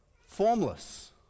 formless